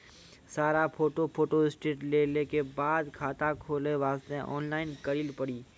सारा photo photostat लेल के बाद खाता खोले वास्ते ऑनलाइन करिल पड़ी?